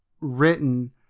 written